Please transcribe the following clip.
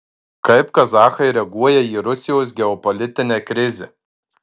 kaip kazachai reaguoja į rusijos geopolitinę krizę